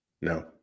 No